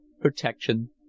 protection